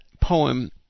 poem